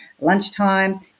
lunchtime